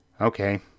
Okay